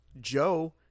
Joe